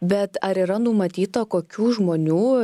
bet ar yra numatyta kokių žmonių